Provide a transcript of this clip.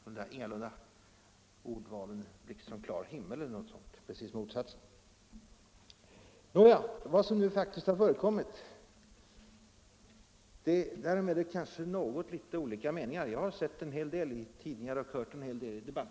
Det var alltså raka motsatsen till uttalandet om att det inträffade inte kommit som någon blixt från en klar himmel. Om det som nu faktiskt har förekommit finns det kanske litet olika meningar. Jag har läst en hel del av det som skrivits i pressen och följt debatten i ganska stor utsträckning.